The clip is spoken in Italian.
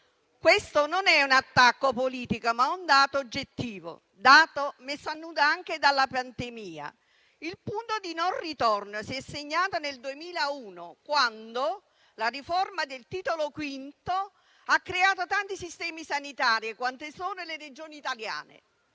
Questo non è un attacco politico, ma è un dato oggettivo, messo a nudo anche dalla pandemia. Il punto di non ritorno si è segnato nel 2001, quando la riforma del Titolo V ha creato tanti sistemi sanitari quante sono le Regioni italiane,